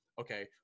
okay